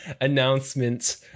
announcement